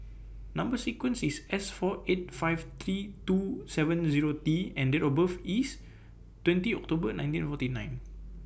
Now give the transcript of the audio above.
Number sequence IS S four eight five three two seven Zero T and Date of birth IS twentieth October nineteen forty nine